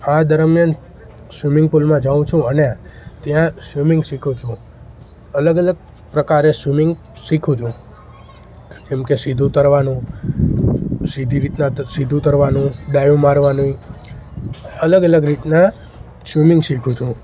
આ દરમિયાન સ્વિમિંગ પૂલમાં જાઉં છું અને ત્યાં સ્વિમિંગ શીખું છું અલગ અલગ પ્રકારે સ્વિમિંગ શીખું છું કેમ કે સીધું તરવાનું સીધી રીતના સીધું તરવાનું ડાઈવ મારવાની અલગ અલગ રીતના સ્વિમિંગ શીખું છું